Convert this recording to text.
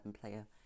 player